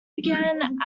began